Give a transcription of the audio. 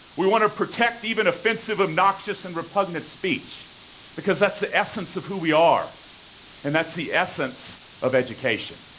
we want to protect even offensive, obnoxious, and repugnant speech because that's the essence of who we are and that's the essence of education.